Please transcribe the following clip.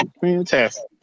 fantastic